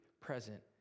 present